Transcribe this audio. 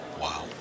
Wow